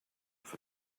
for